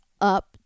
up